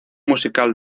musical